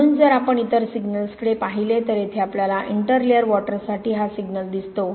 म्हणून जर आपण इतर सिग्नल्सकडे पाहिले तर येथे आपल्याला इंटरलेअर वॉटरसाठी हा सिग्नल दिसतो